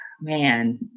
man